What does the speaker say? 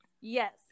Yes